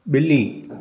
बि॒ली